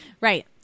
Right